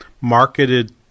marketed